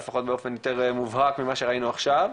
לפחות באופן יותר מובהק ממה שראינו עכשיו.